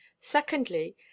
secondly